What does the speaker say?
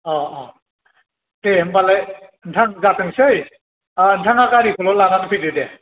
दे होनबालाय नोंथां जाथोंसै नोंथाङा गारिखौल' लानानै फैदो दे